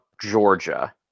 Georgia